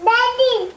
Daddy